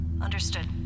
Understood